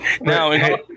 Now